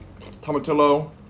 tomatillo